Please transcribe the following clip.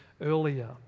earlier